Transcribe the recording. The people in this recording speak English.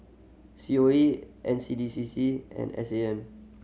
C O E and C D C C and S A M